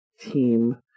team